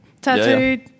tattooed